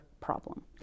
problem